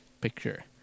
picture